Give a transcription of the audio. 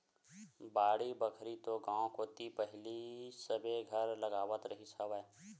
बाड़ी बखरी तो गाँव कोती पहिली सबे घर लगावत रिहिस हवय